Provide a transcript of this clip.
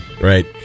Right